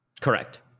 correct